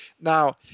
Now